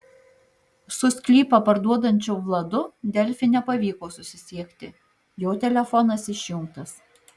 su sklypą parduodančiu vladu delfi nepavyko susisiekti jo telefonas išjungtas